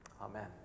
Amen